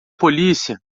polícia